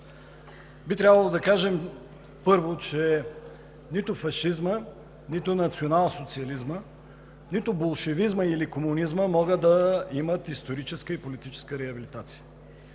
Би трябвало да кажем първо, че нито фашизмът, нито националсоциализмът, нито болшевизмът или комунизмът могат да имат историческа и политическа реабилитация.